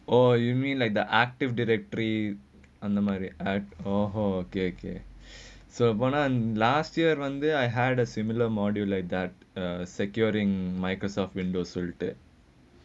oh you mean like the active directory memory at oh [ho] okay okay so போனா:ponaa last year வந்தே:vanthae I had a similar module like that uh securing Microsoft Windows soluted